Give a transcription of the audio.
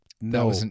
No